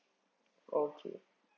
okay